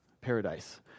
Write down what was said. Paradise